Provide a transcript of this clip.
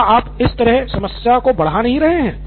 तो क्या आप इस तरह समस्या को बढ़ा नहीं रहे हैं